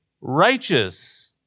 righteous